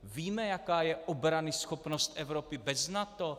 Víme, jaká je obranyschopnost Evropy bez NATO?